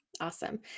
Awesome